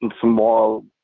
small